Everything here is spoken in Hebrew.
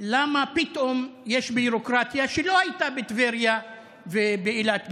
למה פתאום יש ביורוקרטיה שלא הייתה בטבריה ובאילת.